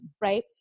right